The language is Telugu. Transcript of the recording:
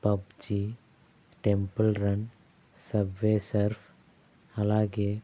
PUBG Temple Run Subway Surf ఆలాగే